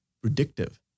predictive